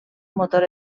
motor